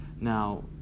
Now